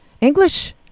English-